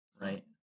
Right